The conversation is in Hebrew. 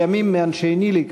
לימים מאנשי ניל"י,